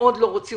מאוד לא רוצים.